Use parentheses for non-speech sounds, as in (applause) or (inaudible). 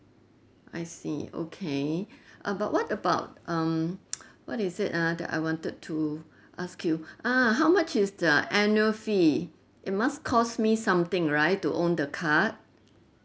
I see okay about what about um (noise) what is it uh that I wanted to ask you ah how much is the annual fee it must cost me something right to own the card